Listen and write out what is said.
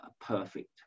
perfect